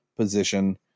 position